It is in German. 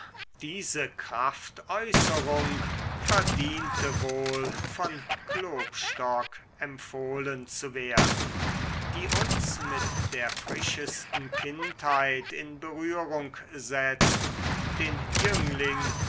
diese kraftäußerung verdiente wohl von klopstock empfohlen zu werden die uns mit der frischesten kindheit in berührung setzt den jüngling